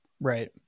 Right